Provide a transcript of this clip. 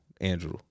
Andrew